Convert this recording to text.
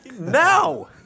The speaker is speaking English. now